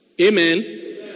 Amen